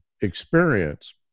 experience